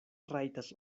rajtas